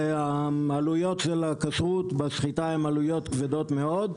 והעלויות של הכשרות בשחיטה הן עלויות כבדות מאוד.